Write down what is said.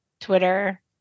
Twitter